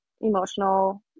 emotional